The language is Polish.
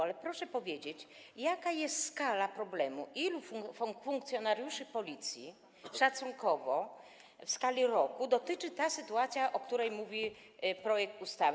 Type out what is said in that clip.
Ale proszę powiedzieć, jaka jest skala problemu, ilu funkcjonariuszy Policji szacunkowo w skali roku dotyczy ta sytuacja, o której mówi projekt ustawy.